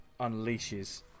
unleashes